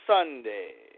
Sunday